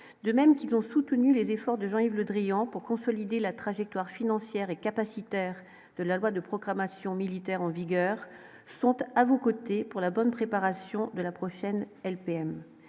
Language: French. de même qu'ils ont soutenu les efforts de Jean-Yves Le Drian, pour consolider la trajectoire financière et capacitaire de la loi de programmation militaire en vigueur sont eux à vos côtés pour la bonne préparation de la prochaine LPM,